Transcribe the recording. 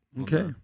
Okay